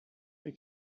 they